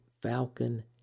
Falcon